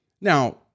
Now